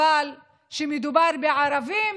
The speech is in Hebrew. אבל כשמדובר בערבים,